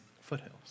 foothills